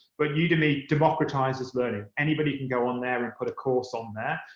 but udemy democratises learning. anybody can go on there and put a course on there.